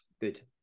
Good